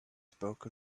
spoke